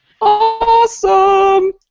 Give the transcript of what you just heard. awesome